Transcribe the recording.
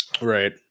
Right